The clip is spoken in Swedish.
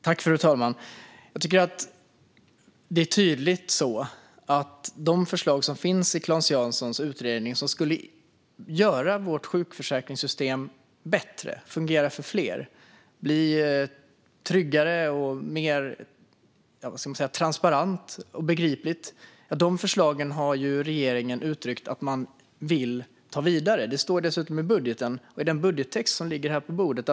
Fru talman! Regeringen har tydligt uttryckt att man vill gå vidare med de förslag som finns i Claes Janssons utredning och som skulle göra sjukförsäkringssystemet bättre så att det fungerar för fler och bli tryggare, mer transparent och begripligt. Det står dessutom i den budgettext som ligger här på bordet.